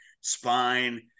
Spine